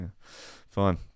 Fine